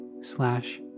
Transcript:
slash